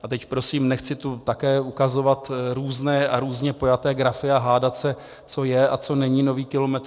A teď prosím, nechci tu také ukazovat různé a různě pojaté grafy a hádat se, co je a co není nový kilometr.